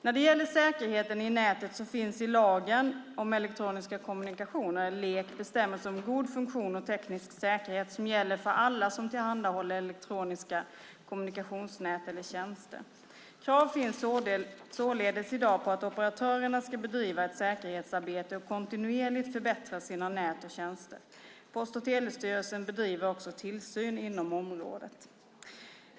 När det gäller säkerheten i nätet så finns i lagen om elektronisk kommunikation, LEK, bestämmelser om god funktion och teknisk säkerhet som gäller för alla som tillhandahåller elektroniska kommunikationsnät eller tjänster. Krav finns således i dag på att operatörerna ska bedriva ett säkerhetsarbete och kontinuerligt förbättra sina nät och tjänster. Post och telestyrelsen bedriver också tillsyn inom området.